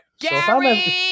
Gary